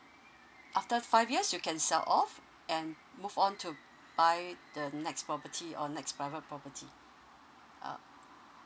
after five years you can sell off and move on to buy the next property or next private property uh